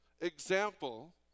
example